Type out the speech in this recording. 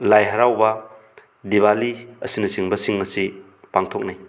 ꯂꯥꯏ ꯍꯔꯥꯎꯕ ꯗꯤꯋꯥꯂꯤ ꯑꯁꯤꯅꯆꯤꯡꯕꯁꯤꯡ ꯑꯁꯤ ꯄꯥꯡꯊꯣꯛꯅꯩ